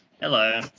Hello